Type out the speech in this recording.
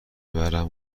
ببرم